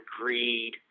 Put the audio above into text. greed